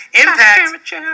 Impact